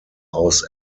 aus